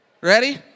Ready